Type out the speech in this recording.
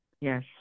Yes